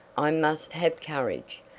i must have courage!